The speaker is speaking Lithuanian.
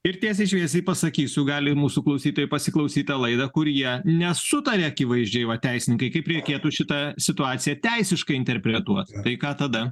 ir tiesiai šviesiai pasakysiu gali mūsų klausytojai pasiklausyt tą laidą kur jie nesutaria akivaizdžiai va teisininkai kaip reikėtų šitą situaciją teisiškai interpretuot tai ką tada